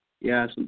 Yes